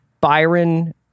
Byron